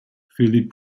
philip